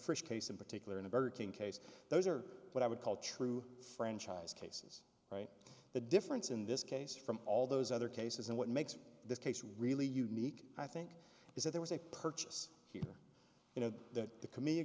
first case in particular in a burger king case those are what i would call true franchise cases right the difference in this case from all those other cases and what makes this case really unique i think is that there was a purchase here you know that the com